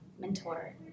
mentor